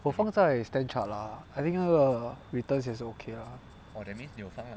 我放在 Standard Chartered lah I think 它的 returns is okay lah